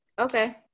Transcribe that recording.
Okay